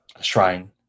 shrine